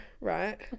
right